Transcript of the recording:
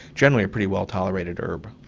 generally a pretty well tolerated herb.